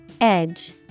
Edge